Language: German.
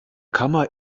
kammer